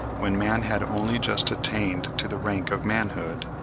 when man had only just attained to the rank of manhood,